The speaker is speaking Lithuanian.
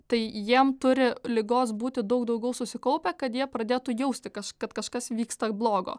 tai jiem turi ligos būti daug daugiau susikaupę kad jie pradėtų jausti kaž kad kažkas vyksta blogo